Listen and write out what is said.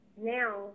now